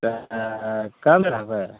तऽ काल्हि रहबै